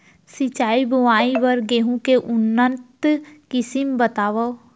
सिंचित बोआई बर गेहूँ के उन्नत किसिम बतावव?